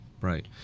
Right